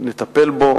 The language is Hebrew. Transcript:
נטפל בו.